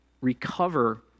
recover